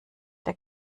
der